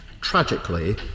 tragically